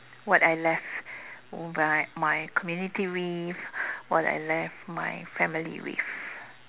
what I left my my community with what I left my family with